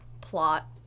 plot